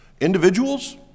Individuals